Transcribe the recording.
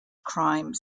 crime